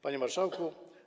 Panie Marszałku!